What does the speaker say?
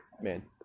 man